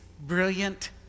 brilliant